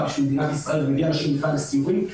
למען מדינת ישראל ומביא לכאן אנשים לסיורים.